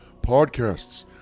podcasts